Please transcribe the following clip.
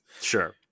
Sure